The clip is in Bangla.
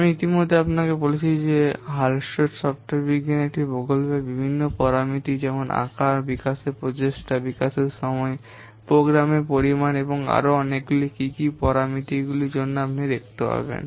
আমি ইতিমধ্যে আপনাকে বলেছি যে হালস্টেড সফ্টওয়্যার বিজ্ঞান একটি প্রকল্পের বিভিন্ন পরামিতি যেমন আকার বিকাশের প্রচেষ্টা বিকাশের সময় প্রোগ্রামের পরিমাণ এবং আরও অনেকগুলি কি কি পরামিতিগুলির জন্য আপনি দেখতে পাবেন